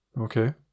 Okay